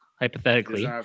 hypothetically